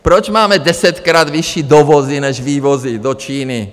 Proč máme desetkrát vyšší dovozy než vývozy do Číny?